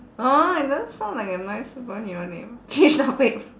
!huh! it doesn't sound like a nice superhero name change topic